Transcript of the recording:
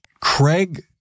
Craig